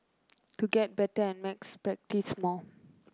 to get better at maths practise more